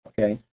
okay